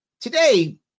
Today